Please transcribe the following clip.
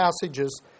passages